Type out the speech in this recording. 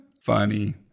funny